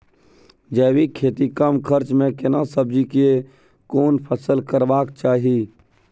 जैविक खेती कम खर्च में केना सब्जी के कोन फसल करबाक चाही?